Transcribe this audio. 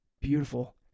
Beautiful